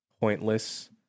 pointless